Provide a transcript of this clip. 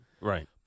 right